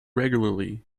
regularly